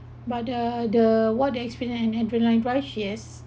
but uh the what experience and